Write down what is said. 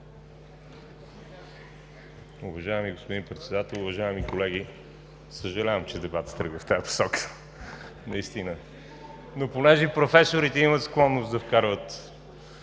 Уважаеми господин Председател, уважаеми колеги! Съжалявам, че дебатът тръгва в тази посока, наистина, но понеже професорите имат склонност да вкарват